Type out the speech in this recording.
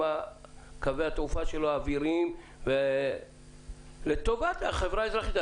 קווי התעופה האוויריים שלו לטובת החברה האזרחית.